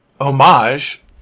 homage